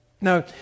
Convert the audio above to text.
Now